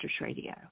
Radio